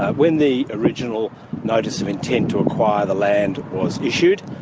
when the original notice of intent to acquire the land was issued,